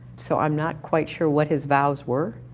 so i'm not quite sure what his vows were,